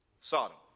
Sodom